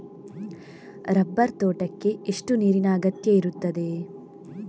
Rubber ತೋಟಕ್ಕೆ ಎಷ್ಟು ನೀರಿನ ಅಗತ್ಯ ಇರುತ್ತದೆ?